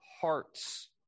hearts